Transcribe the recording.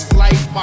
life